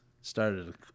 started